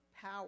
power